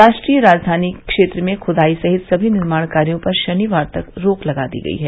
राष्ट्रीय राजधानी क्षेत्र में खुदाई सहित सभी निर्माण कायों पर शनिवार तक रोक लगा दी गई है